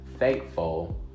Thankful